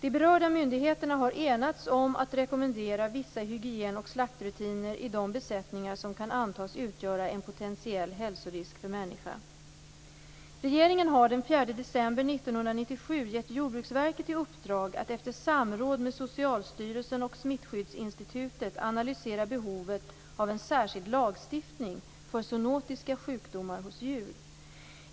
De berörda myndigheterna har enats om att rekommendera vissa hygien och slaktrutiner i de besättningar som kan antas utgöra en potentiell hälsorisk för människa. Regeringen har den 4 december 1997 gett Jordbruksverket i uppdrag att efter samråd med Socialstyrelsen och Smittskyddsinstitutet analysera behovet av en särskild lagstiftning för zoonotiska sjukdomar hos djur.